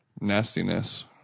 nastiness